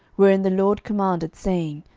wherein the lord commanded, saying,